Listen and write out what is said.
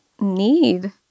need